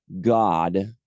God